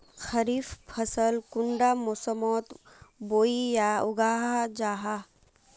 खरीफ फसल कुंडा मोसमोत बोई या उगाहा जाहा?